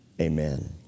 amen